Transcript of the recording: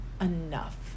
enough